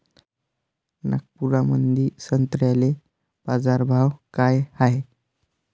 नागपुरामंदी संत्र्याले बाजारभाव काय हाय?